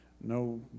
No